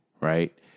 Right